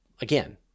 again